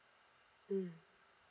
mm